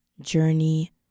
journey